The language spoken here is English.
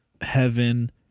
heaven